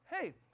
Hey